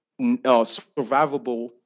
survivable